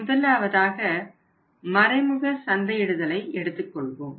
முதலாவதாக மறைமுக சந்தையிடுதலை எடுத்துக்கொள்வோம்